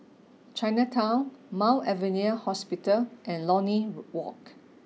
Chinatown Mount Alvernia Hospital and Lornie Walk